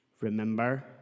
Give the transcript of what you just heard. Remember